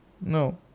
no